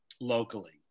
locally